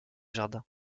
jardins